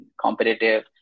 competitive